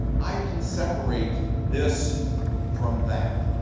i can separate this from that,